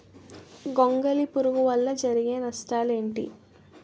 గొంగళి పురుగు వల్ల జరిగే నష్టాలేంటి?